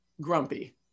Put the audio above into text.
grumpy